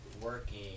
working